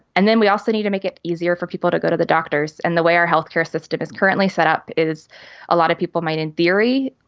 and then we also need to make it easier for people to go to the doctors. and the way our health care system is currently set up is a lot of people might, in theory,